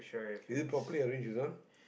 is it properly arrange this one